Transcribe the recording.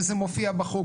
וזה מופיע בחוק,